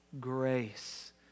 grace